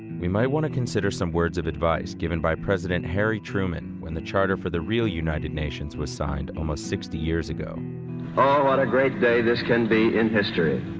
we might want to consider some words of advice given by president harry truman when the charter for the real united nations was signed almost sixty years ago oh, what a great day this can be in history.